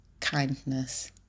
kindness